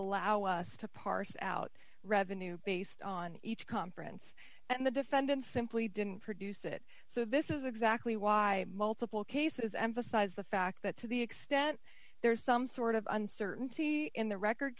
allow us to parse out revenue based on each conference and the defendant simply didn't produce it so this is exactly why multiple cases emphasize the fact that to the extent there is some sort of uncertainty in the record